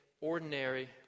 ordinary